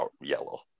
yellow